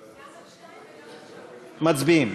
גם על 2 וגם על 3. מצביעים.